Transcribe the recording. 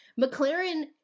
McLaren